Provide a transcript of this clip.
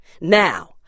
Now